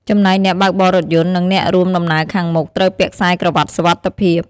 ចំណែកអ្នកបើកបររថយន្ត និងអ្នករួមដំណើរខាងមុខ ត្រូវ ពាក់ខ្សែក្រវាត់សុវត្ថិភាព។